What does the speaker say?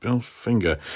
finger